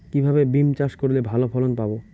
কিভাবে বিম চাষ করলে ভালো ফলন পাব?